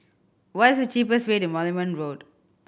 what is the cheapest way to Moulmein Road